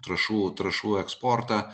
trąšų trąšų eksportą